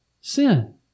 sin